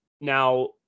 Now